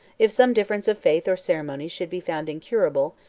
if some difference of faith or ceremonies should be found incurable,